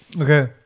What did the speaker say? Okay